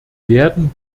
werden